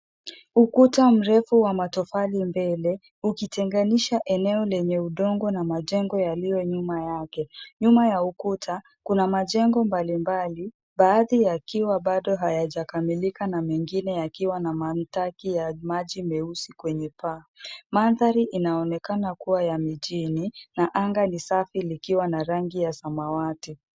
Ukuta mrefu wa matofali mbele, ukitenganisha eneo lenye udongo na majengo yaliyo nyuma yake. Nyuma ya ukuta, kuna majengo mbalimbali, baadhi yakiwa bado hayajakamilika na mengine yakiwa na mandhaki ya maji myeusi kwenye paa. Mandhari inaonekana kuwa ya mjini na anga ni safi likiwa na rangi ya samawati.